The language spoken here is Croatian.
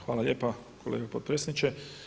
Hvala lijepa kolega potpredsjedniče.